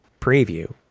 preview